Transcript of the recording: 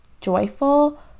joyful